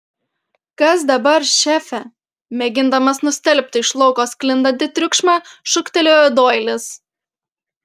kas dabar šefe mėgindamas nustelbti iš lauko sklindantį triukšmą šūktelėjo doilis